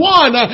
one